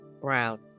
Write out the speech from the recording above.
Brown